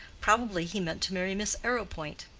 probably he meant to marry miss arrowpoint.